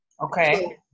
Okay